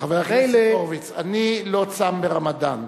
חבר הכנסת הורוביץ, אני לא צם ברמדאן.